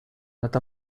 not